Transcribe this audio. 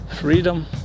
freedom